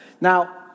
Now